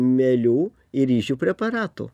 mielių ir ryžių preparatų